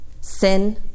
sin